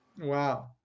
Wow